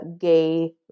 gay